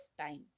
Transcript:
time